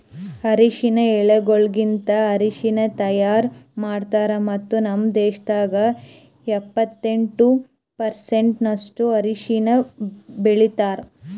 ಅರಶಿನ ಎಲಿಗೊಳಲಿಂತ್ ಅರಶಿನ ತೈಯಾರ್ ಮಾಡ್ತಾರ್ ಮತ್ತ ನಮ್ ದೇಶದಾಗ್ ಎಪ್ಪತ್ತೆಂಟು ಪರ್ಸೆಂಟಿನಷ್ಟು ಅರಶಿನ ಬೆಳಿತಾರ್